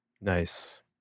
Nice